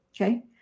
Okay